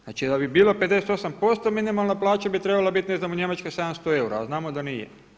Znači da bi bila 58% minimalna plaća bi trebala biti ne znam u Njemačkoj 700 eura a znamo da nije.